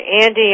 Andy